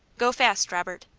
go fast, robert.